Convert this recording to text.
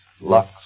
Lux